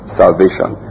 salvation